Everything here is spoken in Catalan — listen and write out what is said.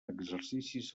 exercicis